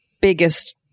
biggest